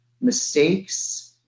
mistakes